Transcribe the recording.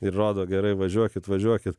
ir rodo gerai važiuokit važiuokit